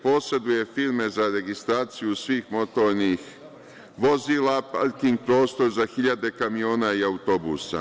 Poseduje firme za registraciju svih motornih vozila, parking prostor za hiljade kamiona i autobusa.